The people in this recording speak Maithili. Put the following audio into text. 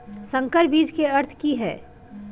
संकर बीज के अर्थ की हैय?